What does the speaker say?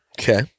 okay